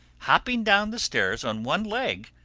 hopping down the stairs on one leg,